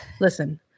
Listen